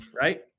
Right